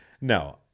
No